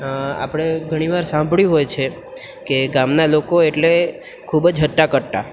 આપણે ઘણીવાર સાંભળ્યું હોય છે કે ગામના લોકો એટલે ખૂબ જ હટ્ટા કટ્ટા